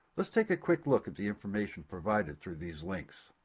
let's take a quick look at the information provided through these links.